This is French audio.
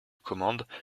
commande